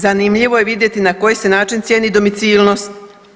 Zanimljivo je vidjeti na koji se način cijeni domicilnost.